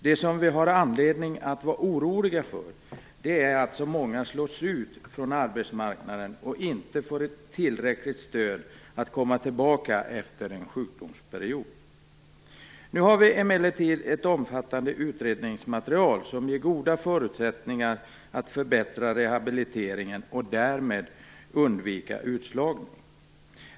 Det som vi har anledning att vara oroliga för är att så många slås ut från arbetsmarknaden och att man inte får tillräckligt stöd för att komma tillbaka efter en sjukdomsperiod. Nu har vi emellertid ett omfattande utredningsmaterial, som ger goda förutsättningar att förbättra rehabiliteringen och därmed undvika utslagning.